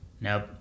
Nope